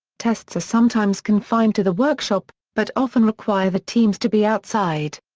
tests are sometimes confined to the workshop, but often require the teams to be outside.